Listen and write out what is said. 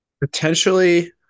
Potentially